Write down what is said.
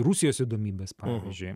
rusijos įdomybes pavyzdžiui